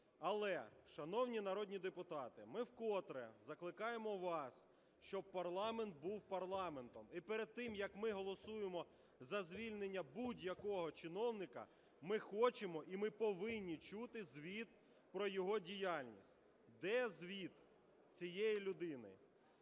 Але, шановні народні депутати, ми вкотре закликаємо вас, щоб парламент був парламентом. І перед тим, як ми голосуємо за звільнення будь-якого чиновника, ми хочемо і ми повинні чути звіт про його діяльність. Де звіт цієї людини?